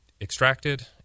extracted